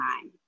time